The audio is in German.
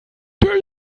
der